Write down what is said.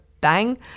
bang